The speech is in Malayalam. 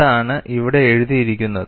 അതാണ് ഇവിടെ എഴുതിയിരിക്കുന്നത്